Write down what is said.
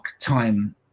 time